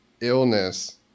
illness